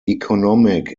economic